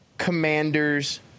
Commanders